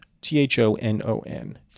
T-H-O-N-O-N